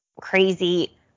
crazy